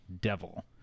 devil